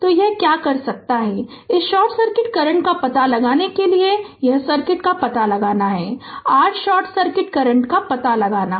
तो यह क्या कर सकता है कि इस शॉर्ट सर्किट करंट का पता लगाने के लिए यह सर्किट का पता लगाना है r शॉर्ट सर्किट करंट का पता लगाना है